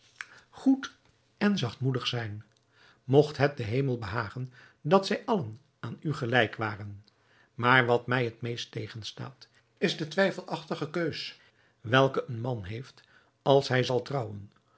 goed en zachtmoedig zijn mogt het den hemel behagen dat zij allen aan u gelijk waren maar wat mij het meest tegenstaat is de twijfelachtige keus welke een man heeft als hij zal trouwen